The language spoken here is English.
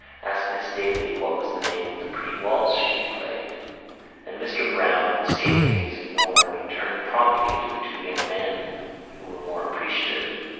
asked miss daly what was the name of the pretty waltz she had played and mr. browne, seeing that he was ignored, turned promptly to the two young men who were more appreciative.